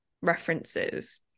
references